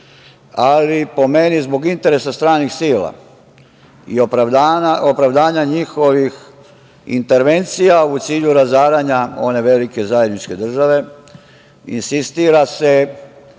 nas. Po meni, zbog interesa stranih sila i opravdanja njihovih intervencija u cilju razaranja one velike zajedničke države insistira se